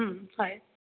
হয়